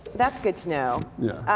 that's good to know. yeah.